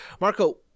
Marco